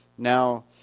Now